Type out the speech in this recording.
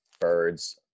birds